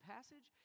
passage